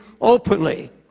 openly